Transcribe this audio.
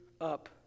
up